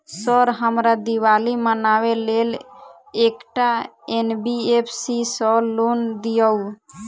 Sir हमरा दिवाली मनावे लेल एकटा एन.बी.एफ.सी सऽ लोन दिअउ?